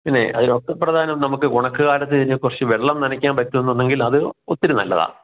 പിന്നെ അതിൽ ഏറ്റവും പ്രധാനം ഈ ഒണക്ക് കാലത്ത് കുറച്ച് വെള്ളം നനയ്ക്കാൻ പറ്റുന്നുണ്ടെങ്കിൽ അത് ഒത്തിരി നല്ലതാണ്